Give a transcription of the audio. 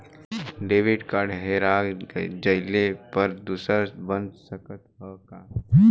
Debit card हेरा जइले पर दूसर बन सकत ह का?